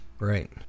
Right